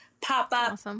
pop-up